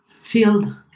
field